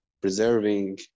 preserving